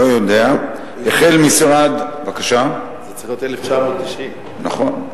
לא יודע, זה צריך להיות 1990. נכון.